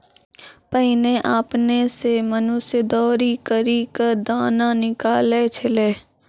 पहिने आपने सें मनुष्य दौरी करि क दाना निकालै छलै